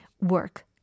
work